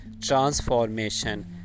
transformation